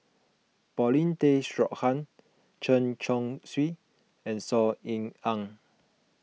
Paulin Tay Straughan Chen Chong Swee and Saw Ean Ang